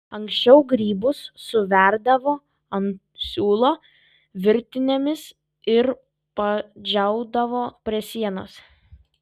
anksčiau grybus suverdavo ant siūlo virtinėmis ir padžiaudavo prie sienos